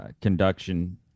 conduction